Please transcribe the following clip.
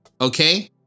okay